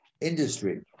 industry